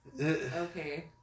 Okay